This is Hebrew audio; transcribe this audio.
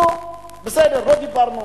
נו, בסדר, לא דיברנו.